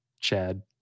Chad